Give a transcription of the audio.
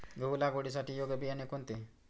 गहू लागवडीसाठी योग्य बियाणे कोणते?